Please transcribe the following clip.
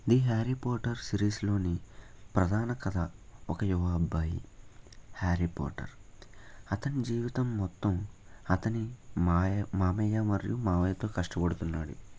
the Harry Potter సిరీస్లోని ప్రధాన కధ ఒక యువ అబ్బాయి హ్యారీ పోర్టర్ అతని జీవితం మొత్తం అతని మాయ మామయ్యా మరియు మామయ్యతో కష్టపడుతున్నాడు